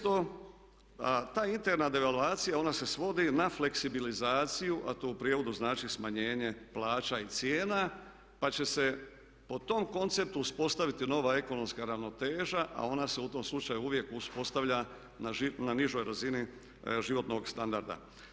Ta interna devalvacija ona se svodi na fleksibilizaciju, a to u prijevodu znači smanjenje plaća i cijena pa će se po tom konceptu uspostaviti nova ekonomska ravnoteža a ona se u tom slučaju uvijek uspostavlja na nižoj razini životnog standarda.